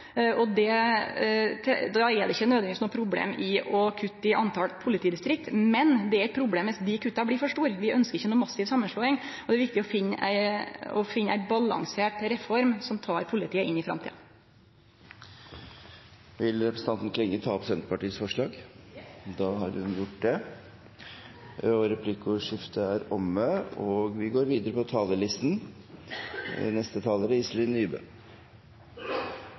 og som folk kjenner. Då er det ikkje nødvendigvis noko problem å kutte i talet på politidistrikt, men det er eit problem dersom kutta blir for store. Vi ønskjer ikkje noka massiv samanslåing, og det er viktig å finne ei balansert reform som tek politiet inn i framtida. Vil representanten Klinge ta opp Senterpartiets forslag? Ja. Da har representanten Jenny Klinge tatt opp Senterpartiets forslag. Replikkordskiftet er omme.